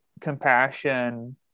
compassion